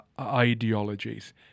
ideologies